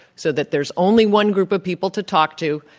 so that there's only one group of people to talk to,